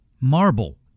marble